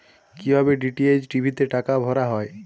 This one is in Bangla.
কি ভাবে ডি.টি.এইচ টি.ভি তে টাকা ভরা হয়?